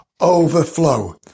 overflow